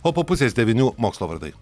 o po pusės devynių mokslo vardai